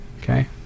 Okay